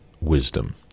wisdom